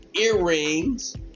earrings